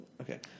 okay